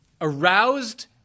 aroused